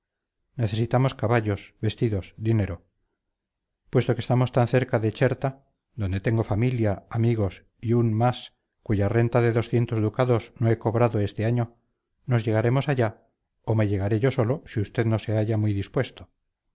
necesitamos caballos vestidos dinero puesto que estamos tan cerca de cherta donde tengo familia amigos y un mas cuya renta de doscientos ducados no he cobrado este año nos llegaremos allá o me llegaré yo solo si usted no se halla muy dispuesto